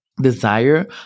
desire